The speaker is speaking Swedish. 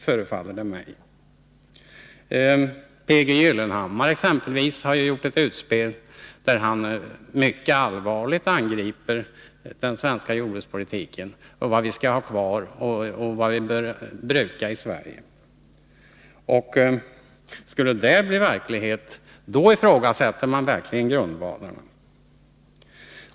P.G. Gyllenhammar exempelvis har ju i detta sammanhang gjort ett utspel. Mycket hårt angriper han den svenska jordbrukspolitiken. Det gäller vad vi skall ha kvar och vad vi bör bruka i Sverige. Skulle det som sagts bli verklighet, då ifrågasätter man verkligen grundvalarna.